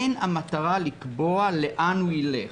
אין המטרה לקבוע לאן הוא ילך.